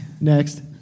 Next